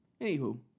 Anywho